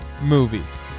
movies